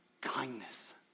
kindness